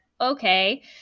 okay